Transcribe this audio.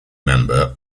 member